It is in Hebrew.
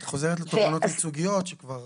את חוזרת לתובענות ייצוגיות שכבר